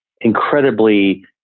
incredibly